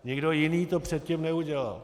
Nikdo jiný to předtím neudělal.